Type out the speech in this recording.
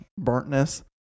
burntness